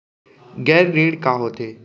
गैर ऋण का होथे?